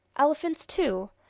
elephants, too!